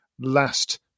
last